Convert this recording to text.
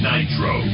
Nitro